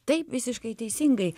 taip visiškai teisingai